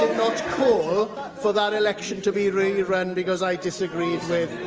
not call for that election to be re-run because i disagreed with